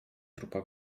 trupa